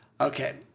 Okay